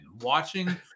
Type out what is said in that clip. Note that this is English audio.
watching